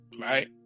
right